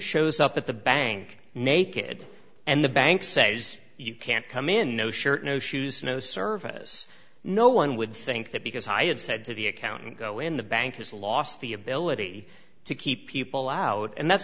shows up at the bank naked and the bank says you can't come in no shirt no shoes no service no one would think that because i had said to the accountant go in the bank has lost the ability to keep people out and that's